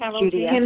Judy